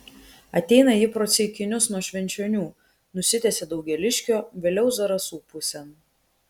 ateina ji pro ceikinius nuo švenčionių nusitęsia daugėliškio vėliau zarasų pusėn